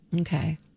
Okay